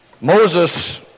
Moses